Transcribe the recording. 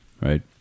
right